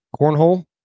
cornhole